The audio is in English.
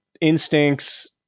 instincts